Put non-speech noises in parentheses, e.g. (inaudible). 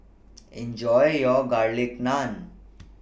(noise) Enjoy your Garlic Naan